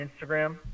Instagram